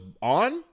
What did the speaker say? on